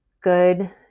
good